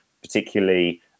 particularly